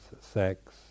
sex